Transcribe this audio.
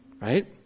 Right